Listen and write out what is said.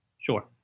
Sure